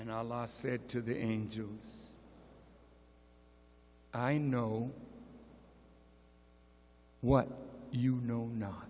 and i last said to the angels i know what you know